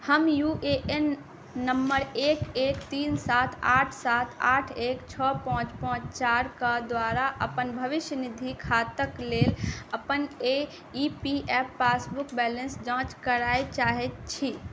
हम U A N number एक एक तीन सात आठ सात आठ एक छओ पाँच पाँच चारि के द्वारा अपन भविष्य निधि खाताक लेल अपन ई पी एफ पासबुक बैलेंसक जांच करय चाहैत छी